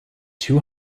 two